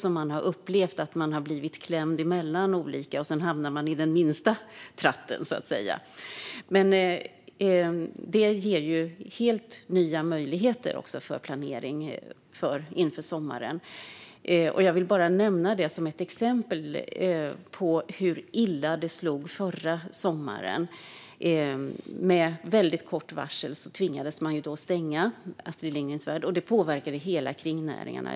Man har upplevt att man har hamnat i kläm mellan olika regler, och så hamnar man i den minsta tratten, så att säga. Detta ger helt nya möjligheter till planering inför sommaren. Jag vill nämna ett exempel på hur illa det slog förra sommaren. Med väldigt kort varsel tvingades man stänga Astrid Lindgrens Värld, och det påverkade alla kringnäringarna.